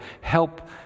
help